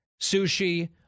sushi